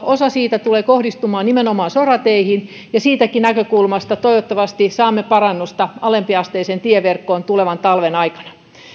osa talvikunnossapidosta tulee kohdistumaan nimenomaan sorateihin ja siitäkin näkökulmasta toivottavasti saamme parannusta alempiasteiseen tieverkkoon tulevan talven aikana